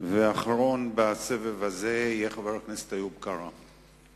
ואחרון בסבב הזה, חבר הכנסת איוב קרא.